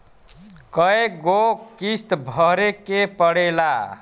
कय गो किस्त भरे के पड़ेला?